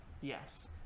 Yes